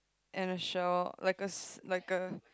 and a shell like a like a